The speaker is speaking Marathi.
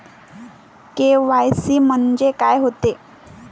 के.वाय.सी म्हंनजे का होते?